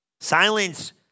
Silence